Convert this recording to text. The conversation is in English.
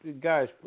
guys